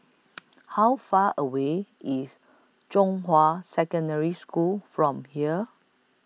How Far away IS Zhonghua Secondary School from here